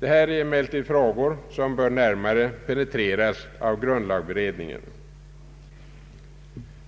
Dessa frågor bör emellertid närmare penetreras av grundlagberedningen.